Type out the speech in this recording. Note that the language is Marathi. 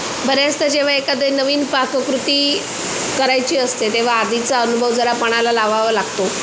बऱ्याचदा जेव्हा एखादे नवीन पाककृती करायची असते तेव्हा आधीचा अनुभव जरा पणाला लावावा लागतो